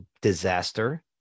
disaster